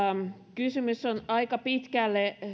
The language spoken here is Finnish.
kysymys on aika pitkälle